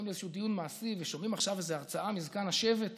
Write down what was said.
באים לאיזשהו דיון מעשי ושומעים עכשיו איזה הרצאה מזקן השבט